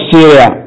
Syria